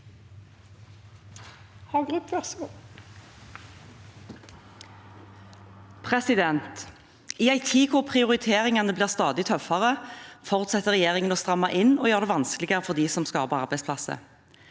I en tid hvor prio- riteringene blir stadig tøffere, fortsetter regjeringen å stramme inn og gjøre det vanskeligere for dem som skaper arbeidsplasser.